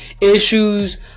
issues